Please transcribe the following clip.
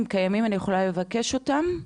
אני יכולה לבקש אותם?